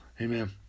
Amen